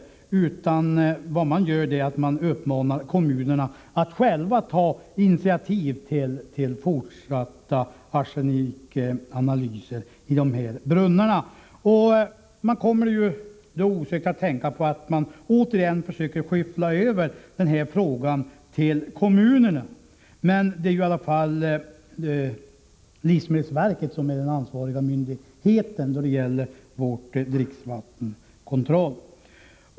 Det man gör är att uppmana kommunerna att själva ta initiativ till fortsatta arsenikanalyser i brunnarna. Detta gör att man osökt kommer att tänka på att myndigheterna återigen försöker skyffla över frågan till kommunerna, trots att det då det gäller dricksvattenkontroll är livsmedelsverket som är den ansvariga myndigheten.